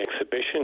exhibition